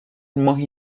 ماهی